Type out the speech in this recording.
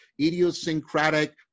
idiosyncratic